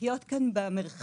לחיות כאן במרחב,